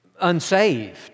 unsaved